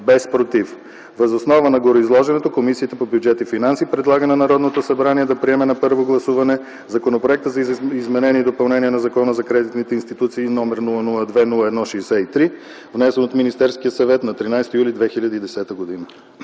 без „против”. Въз основа на гореизложеното Комисията по бюджет и финанси предлага на Народното събрание да приеме на първо гласуване Законопроекта за изменение и допълнение на Закона за кредитните институции, № 002-01-63, внесен от Министерския съвет на 13 юли 2010 г.”